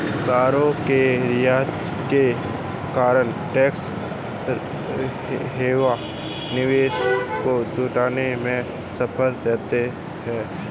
करों के रियायत के कारण टैक्स हैवन निवेश को जुटाने में सफल रहते हैं